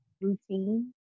routine